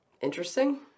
interesting